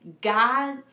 God